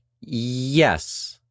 Yes